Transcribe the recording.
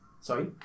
Sorry